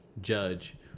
judge